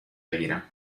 بگیرم